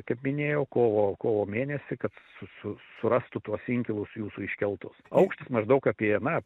kaip minėjau kovo kovo mėnesį kad su su surastų tuos inkilus jūsų iškeltus aukštis maždaug apie na